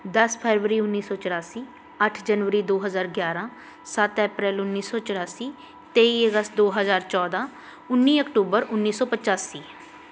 ਦਸ ਫਰਵਰੀ ਉੱਨੀ ਸੌ ਚੁਰਾਸੀ ਅੱਠ ਜਨਵਰੀ ਦੋ ਹਜ਼ਾਰ ਗਿਆਰ੍ਹਾਂ ਸੱਤ ਅਪ੍ਰੈਲ ਉੱਨੀ ਸੌ ਚੁਰਾਸੀ ਤੇਈ ਅਗਸਤ ਦੋ ਹਜ਼ਾਰ ਚੌਦ੍ਹਾਂ ਉੱਨੀ ਅਕਤੂਬਰ ਉੱਨੀ ਸੌ ਪਚਾਸੀ